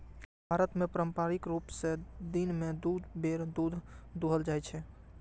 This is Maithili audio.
भारत मे पारंपरिक रूप सं दिन मे दू बेर दूध दुहल जाइ छै